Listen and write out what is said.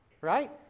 Right